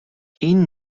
این